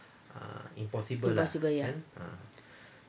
impossible ya